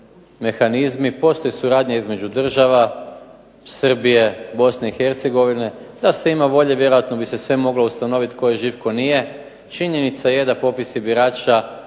mehanizmi, postoji suradnja između država Srbije, Bosne i Hercegovine. Da se ima volje vjerojatno bi se sve moglo ustanoviti tko je živ tko nije. Činjenica je da popisi birača